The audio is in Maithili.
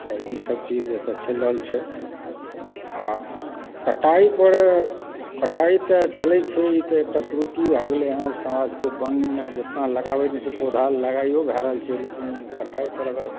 तऽ ई सब चीज एतय चलि रहल छै तऽ आब कटाइपर कटाइ तऽ चलैत छै ई तऽ एकटा कुरीति भए गेलै हँ समाजके वन जतेक लगाबै नहि छै पेड़ पौधा लगाइयो भए रहल छै लेकिन कटाइपर अगर